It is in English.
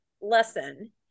lesson